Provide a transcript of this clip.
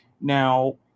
Now